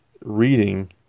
reading